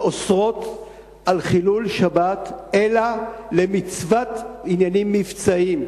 ואוסרות חילול שבת אלא למצוות עניינים מבצעיים,